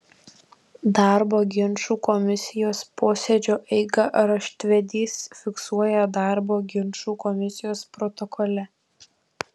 darbo ginčų komisijos posėdžio eigą raštvedys fiksuoja darbo ginčų komisijos protokole